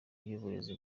ry’uburezi